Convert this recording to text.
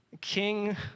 King